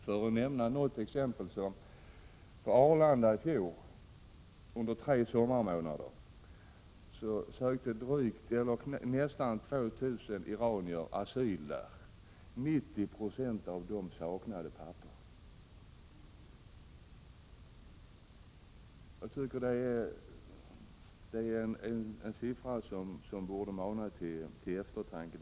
Jag vill anföra ett exempel. Under tre sommarmånader i fjol sökte nästan 2 000 iranier asyl på Arlanda. 90 96 av dem saknade papper. Jag tycker att det är en siffra som borde mana till eftertanke.